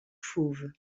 fauve